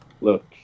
Look